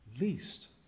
Least